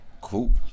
cool